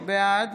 בעד